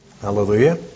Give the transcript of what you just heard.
Hallelujah